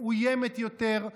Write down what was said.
מאוימת יותר,